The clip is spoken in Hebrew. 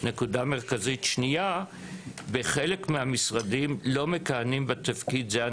מטרת פורום המדענים הראשיים הוא שיתוף